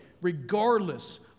regardless